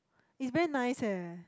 he's very nice eh